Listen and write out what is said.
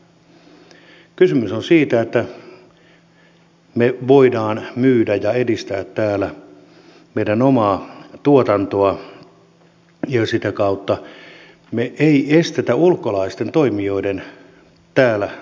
kysymys on siitä että me voimme myydä ja edistää täällä meidän omaa tuotantoamme ja sitä kautta me emme estä ulkomaisten toimijoiden täällä harjoittamaa toimintaa